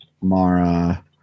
Mara